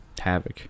Havoc